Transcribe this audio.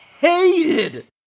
hated